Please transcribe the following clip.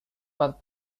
but